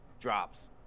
drops